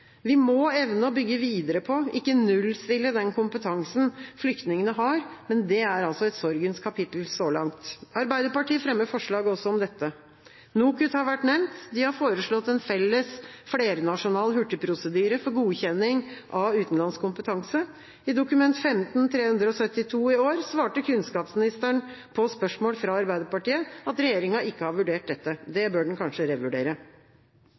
Vi må evne å bygge videre på, ikke nullstille, den kompetansen flyktningene har, men det er altså et sorgens kapittel så langt. Arbeiderpartiet fremmer forslag også om dette. NOKUT har vært nevnt. De har foreslått en felles flernasjonal hurtigprosedyre for godkjenning av utenlandsk kompetanse. I Dokument 15:372 i år svarte kunnskapsministeren på spørsmål fra Arbeiderpartiet at regjeringa ikke har vurdert dette. Det bør den kanskje revurdere.